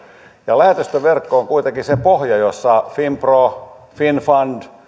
lähetystöverkko on kuitenkin se pohja jossa finpron finnfundin